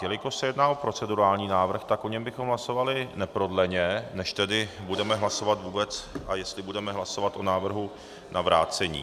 Jelikož se jedná o procedurální návrh, tak o něm bychom hlasovali neprodleně, než tedy budeme hlasovat vůbec, a jestli budeme hlasovat o návrhu na vrácení.